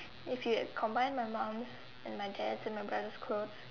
if you combine my mom's and my dad's and my brothers' clothes